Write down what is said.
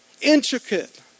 intricate